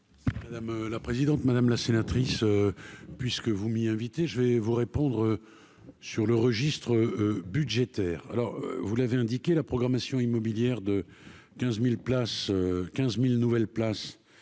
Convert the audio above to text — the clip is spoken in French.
Madame la présidente, madame la sénatrice puisque vous m'y invitez, je vais vous répondre sur le registre budgétaire alors vous l'avez indiqué la programmation immobilière de 15000 places